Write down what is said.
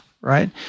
right